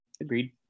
Agreed